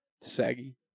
saggy